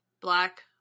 black